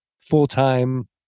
full-time